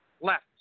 Left